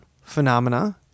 phenomena